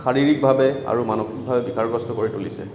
শাৰীৰিকভাৱে আৰু মানসিকভাৱে বিকাৰগ্ৰস্ত কৰি তুলিছে